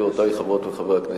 חברי חברי הכנסת,